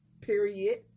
Period